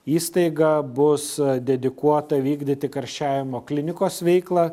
įstaiga bus dedikuota vykdyti karščiavimo klinikos veiklą